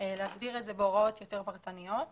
להסדיר את זה בהוראות יותר פרטניות.